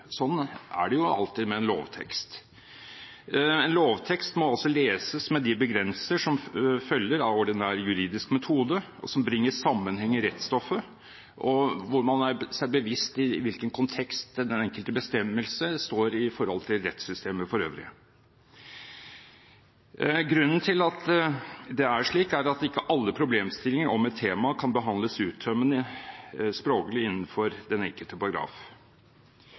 Sånn er det alltid med en lovtekst. En lovtekst må leses med de begrensninger som følger av ordinær juridisk metode, som bringer sammenheng i rettsstoffet, og hvor man er seg bevisst i hvilken kontekst den enkelte bestemmelse står i forhold til rettssystemet for øvrig. Grunnen til at det er slik, er at ikke alle problemstillinger om et tema kan behandles uttømmende språklig innenfor den enkelte paragraf.